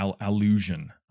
allusion